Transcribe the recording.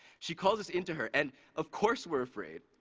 she calls us into her and of course we're afraid.